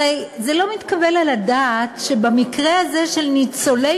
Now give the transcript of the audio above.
הרי זה לא מתקבל על הדעת שבמקרה הזה של ניצולי